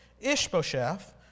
Ishbosheth